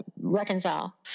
reconcile